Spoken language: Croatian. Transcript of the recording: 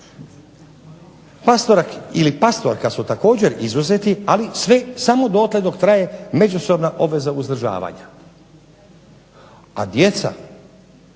Pastorak ili pastorka su također izuzeti ali samo dotle dok traje međusobna obveza uzdržavanja, a djeca